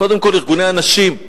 קודם כול ארגוני הנשים?